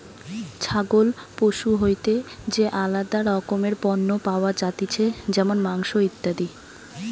ছাগল পশু হইতে যে আলাদা রকমের পণ্য পাওয়া যাতিছে যেমন মাংস, ইত্যাদি